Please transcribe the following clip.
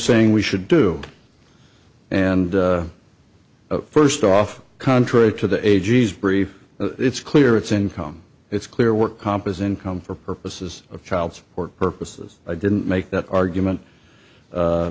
saying we should do and first off contrary to the agee's brief it's clear it's income it's clear work comp is income for purposes of child support purposes i didn't make that argument